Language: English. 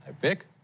Vic